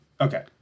Okay